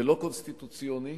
ולא קונסטיטוציוני